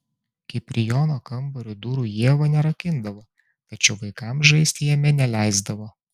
kiprijono kambario durų ieva nerakindavo tačiau vaikams žaisti jame neleisdavo